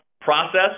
process